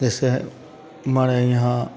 जैसे हमारे यहाँ